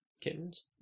Kittens